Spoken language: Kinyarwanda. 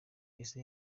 isi